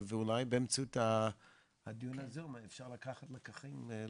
אולי באמצעות הדיון הזה אפשר להפיק לקחים,